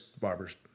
barbers